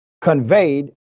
conveyed